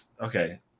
Okay